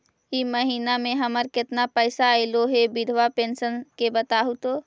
इ महिना मे हमर केतना पैसा ऐले हे बिधबा पेंसन के बताहु तो?